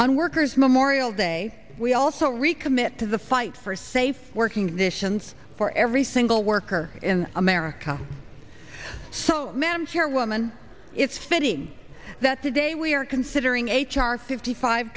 on workers memorial day we also recommit to the fight for safe working conditions for every single worker in america so ma'am chairwoman it's fitting that today we are considering h r fifty five